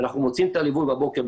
אנחנו מוציאים את הליווי בבוקר,